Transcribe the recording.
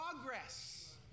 progress